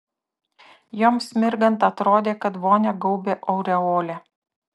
joms mirgant atrodė kad vonią gaubia aureolė